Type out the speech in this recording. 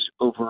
over